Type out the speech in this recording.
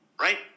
right